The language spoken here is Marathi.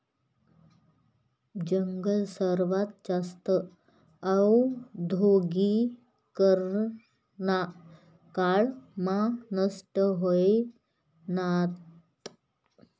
जंगल सर्वात जास्त औद्योगीकरना काळ मा नष्ट व्हयनात